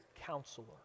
Counselor